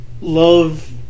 love